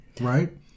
Right